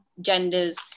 genders